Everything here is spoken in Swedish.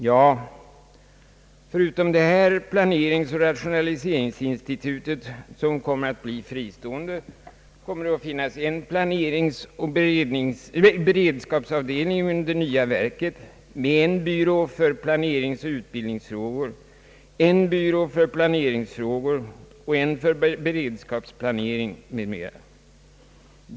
Jo, förutom detta planeringsoch rationaliseringsinstitut, som kommer att bli fristående, kommer det att finnas en planeringsoch beredskapsavdelning inom det nya verket, som har en byrå för planeringsoch utbildningsfrågor, en byrå för planeringsfrågor och en för beredskapsplanering om. om.